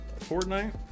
Fortnite